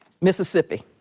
Mississippi